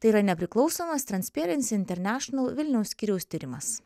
tai yra nepriklausomas transperenci internašional vilniaus skyriaus tyrimas